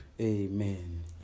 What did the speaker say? amen